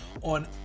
on